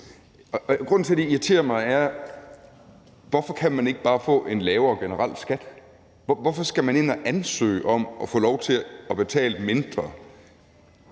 håndværkerfradrag. Det irriterer mig, for hvorfor kan man ikke bare få en lavere skat generelt? Hvorfor skal man ind og ansøge om at få lov til at betale mindre,